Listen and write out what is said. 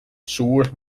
suur